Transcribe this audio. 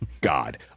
god